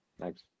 Thanks